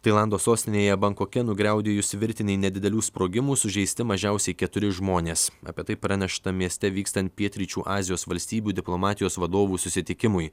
tailando sostinėje bankoke nugriaudėjus virtinei nedidelių sprogimų sužeisti mažiausiai keturi žmonės apie tai pranešta mieste vykstant pietryčių azijos valstybių diplomatijos vadovų susitikimui